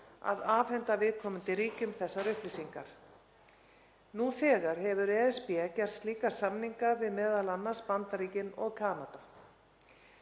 að afhenda viðkomandi ríkjum þessar upplýsingar. Nú þegar hefur ESB gert slíka samninga við m.a. Bandaríkin og Kanada.